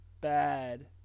bad